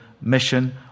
mission